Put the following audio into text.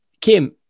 Kim